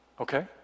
okay